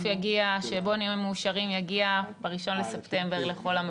שבו נהיה מאושרים יגיע ב-1 בספטמבר לכל המאוחר.